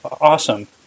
awesome